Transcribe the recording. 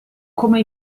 come